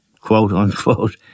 quote-unquote